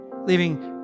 Leaving